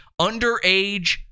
underage